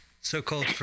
So-called